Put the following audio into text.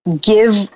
give